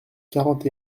quarante